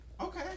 Okay